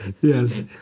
Yes